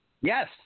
Yes